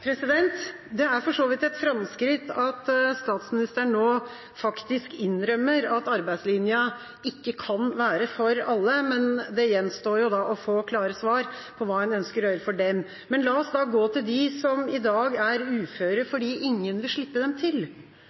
for så vidt et framskritt at statsministeren nå faktisk innrømmer at arbeidslinja ikke kan være for alle, men det gjenstår å få klare svar på hva man ønsker å gjøre for dem. Men la oss gå til dem som i dag er uføre fordi ingen vil slippe dem til.